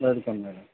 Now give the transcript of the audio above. welcome madam